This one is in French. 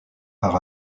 par